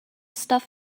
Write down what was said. stuff